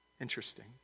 Interesting